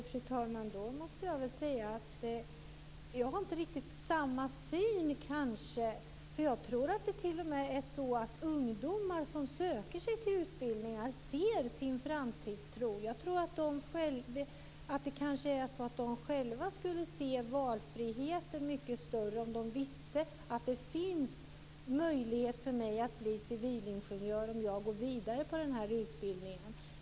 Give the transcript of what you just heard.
Fru talman! Då måste jag säga att jag inte har riktigt samma syn. Jag tror att det t.o.m. är så att ungdomar som söker sig till utbildningar ser sin framtidstro. Jag tror att de själva skulle se valfriheten som mycket större om de visste att det fanns möjlighet att bli civilingenjör om de går vidare på den utbildningen.